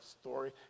story